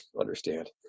understand